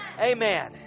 Amen